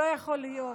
לא יכול להיות.